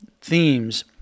themes